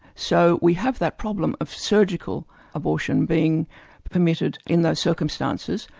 so we have that problem of surgical abortion being permitted in those circumstances,